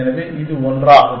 எனவே அது ஒன்றாகும்